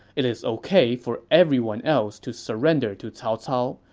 it is ok for everyone else to surrender to cao cao,